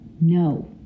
no